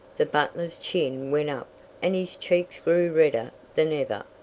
the butler's chin went up and his cheeks grew redder than ever.